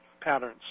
patterns